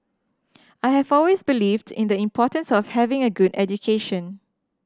I have always believed in the importance of having a good education